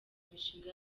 imishinga